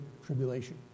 Tribulation